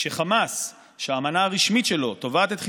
כשחמאס, שהאמנה הרשמית שלו תובעת את חיסולנו,